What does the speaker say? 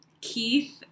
Keith